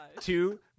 Two